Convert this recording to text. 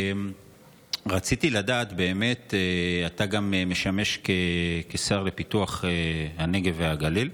רציתי לדעת: אתה משמש גם כשר לפיתוח הנגב והגליל,